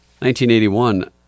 1981